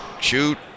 shoot